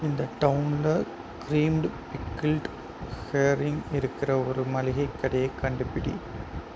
இந்த டவுனில் creamed pickled herring இருக்கிற ஒரு மளிகைக் கடையை கண்டுபிடி